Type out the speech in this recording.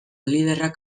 liderrak